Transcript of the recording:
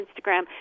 Instagram